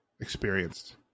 experienced